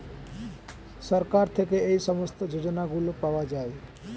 সরকার থেকে এই সমস্ত যোজনাগুলো পাওয়া যায়